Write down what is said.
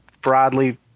broadly